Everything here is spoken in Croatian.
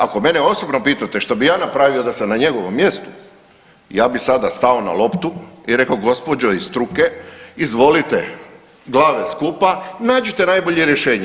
Ako mene osobno pitate što bih ja napravio da sam na njegovom mjestu ja bih sada stao na loptu i rekao gospođo iz struke izvolite glave skupa, nađite najbolje rješenje.